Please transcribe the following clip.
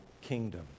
kingdom